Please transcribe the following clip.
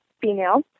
female